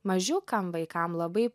mažiukam vaikams labai